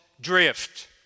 drift